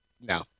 no